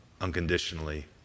unconditionally